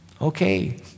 Okay